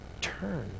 Turn